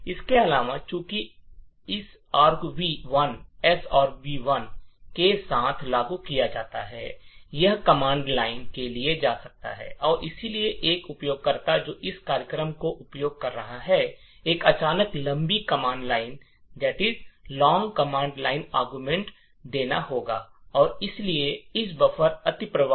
इसके अलावा चूंकि एस argv1 के साथ लागू किया जाता है यह कमांड लाइन से किया जा सकता है और इसलिए एक उपयोगकर्ता जो इस कार्यक्रम का उपयोग कर रहा है एक अचानक लंबी कमान लाइन तर्क देना होगा और इसलिए इस बफर अतिप्रवाह